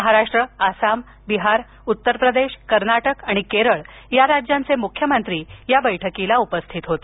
महाराष्ट्र आसाम बिहार उत्तर प्रदेश कर्नाटक आणि केरळ या राज्यांचे मुख्यमंत्री या बैठकीला उपस्थित होते